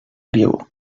griego